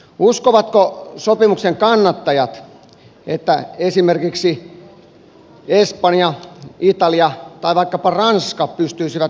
uskovatko sopimuksen kannattajat että esimerkiksi espanja italia tai vaikkapa ranska pystyisi noudattamaan sopimusta